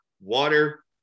water